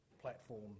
platform